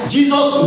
Jesus